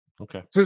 Okay